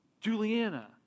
Juliana